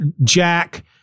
Jack